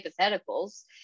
hypotheticals